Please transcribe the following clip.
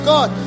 God